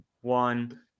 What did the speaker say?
one